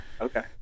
Okay